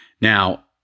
Now